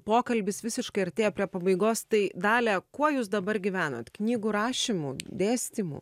pokalbis visiškai artėja prie pabaigos tai dalia kuo jūs dabar gyvenat knygų rašymu dėstymu